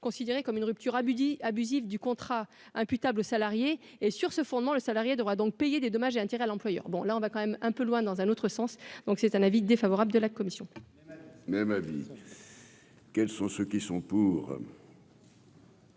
considéré comme une rupture à Buddy abusive du contrat imputables, salariés et sur ce fondement, le salarié devra donc payer des dommages et intérêts à l'employeur, bon là on va quand même un peu loin dans un autre sens, donc c'est un avis défavorable de la commission. Même avis. Quels sont ceux qui sont pour.